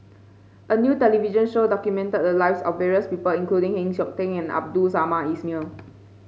a new television show documented the lives of various people including Heng Siok Tian and Abdul Samad Ismail